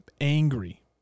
angry